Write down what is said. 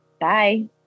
bye